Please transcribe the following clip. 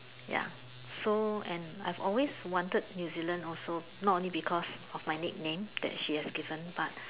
ya so and I've always wanted New Zealand also not only because of my nickname that she has given but